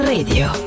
Radio